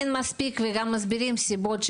גם מסבירים סיבות,